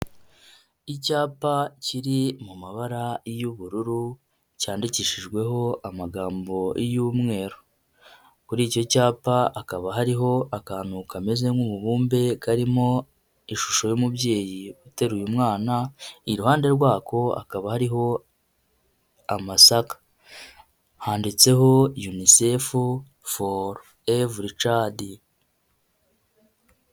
Icyapa kiri mu mabara y'ubururu cyandikishijweho amagambo y'umweru, kuri iki cyapa hakaba hariho akantu kameze nk'umubumbe karimo ishusho y'umubyeyi uteruye mwana, iruhande rwako hakaba hariho amasaka. Handitseho unicef for every child.